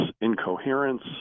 incoherence